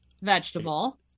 Vegetable